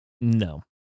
No